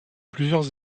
plusieurs